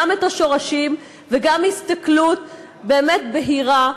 גם את השורשים וגם הסתכלות באמת בהירה,